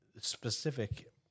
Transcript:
specific